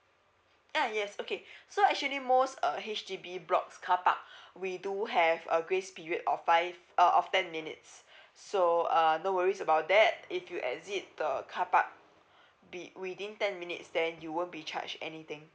uh yes okay so actually most uh H_D_B blocks car park we do have a grace period of five uh of ten minutes so uh no worries about that if you exit the car park be within ten minutes then you won't be charge anything